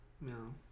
no